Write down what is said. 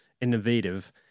innovative –